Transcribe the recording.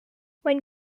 when